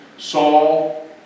Saul